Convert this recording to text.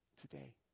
today